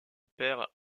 père